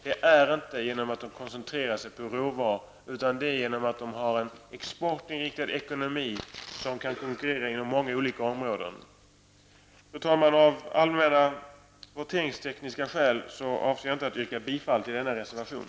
Det gör man inte genom att koncentrera sig på råvaror, utan genom att satsa på en exportinriktad ekonomi som kan konkurrera inom många olika områden. Fru talman! Av allmänna voteringstekniska skäl avser jag inte att yrka bifall till denna reservation.